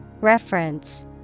Reference